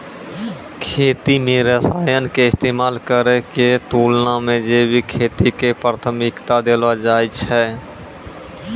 खेती मे रसायन के इस्तेमाल करै के तुलना मे जैविक खेती के प्राथमिकता देलो जाय छै